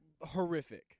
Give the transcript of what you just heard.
Horrific